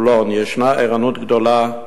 חולון ישנה ערנות גדולה,